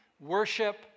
worship